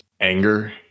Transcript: anger